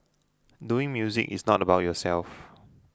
doing music is not about yourself